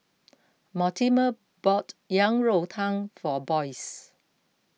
Mortimer bought Yang Rou Tang for Boyce